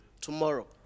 tomorrow